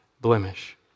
blemish